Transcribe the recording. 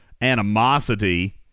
animosity